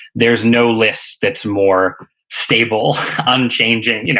there's no list that's more stable, unchanging. you know